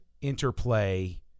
interplay